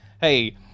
hey